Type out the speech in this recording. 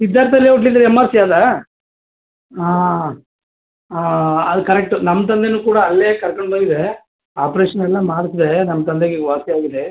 Siddhartha layout ಇದ್ದರೆ M R ಸಿಯಲ್ಲಾ ಹಾಂ ಹಾಂ ಅಲ್ಲಿ ಕರೆಕ್ಟು ನಮ್ಮ ತಂದೆನೂ ಕೂಡ ಅಲ್ಲೇ ಕರ್ಕಂಡು ಬಂದಿದ್ದೆ ಆಪ್ರೆಶನ್ ಎಲ್ಲ ಮಾಡಿಸ್ದೆ ನಮ್ಮ ತಂದೆಗೆ ಈಗ ವಾಸಿ ಆಗಿದೆ